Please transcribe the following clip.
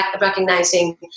recognizing